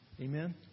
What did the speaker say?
Amen